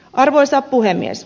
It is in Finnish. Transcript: arvoisa puhemies